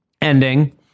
ending